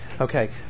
Okay